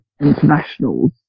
internationals